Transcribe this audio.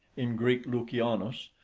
in greek loukianos,